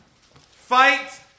fight